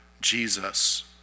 Jesus